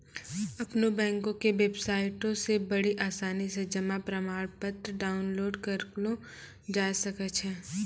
अपनो बैंको के बेबसाइटो से बड़ी आसानी से जमा प्रमाणपत्र डाउनलोड करलो जाय सकै छै